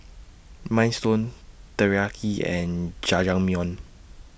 Minestrone Teriyaki and Jajangmyeon